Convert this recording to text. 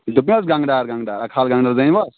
دوٚپمو حظ گَنٛگہٕ ڈار گنٛگہٕ ڈار اکھال گنٛڈ زٲنِوٕ حظ